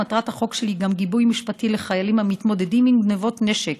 מטרת החוק שלי היא גיבוי משפטי לחיילים המתמודדים עם גנבות נשק